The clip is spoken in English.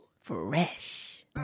Fresh